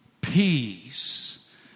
peace